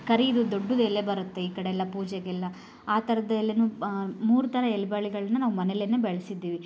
ಕರಿದು ದೊಡ್ಡದ್ದು ಎಲೆ ಬರುತ್ತೆ ಈ ಕಡೆ ಎಲ್ಲ ಪೂಜೆಗೆಲ್ಲ ಆ ಥರದ ಎಲೆಯೂ ಮೂರು ಥರ ಎಲ್ಲ ಬಳ್ಳಿಗಳನ್ನ ನಾವು ಮನೆಲೇನೆ ಬೆಳೆಸಿದ್ದಿವಿ